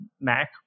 Mac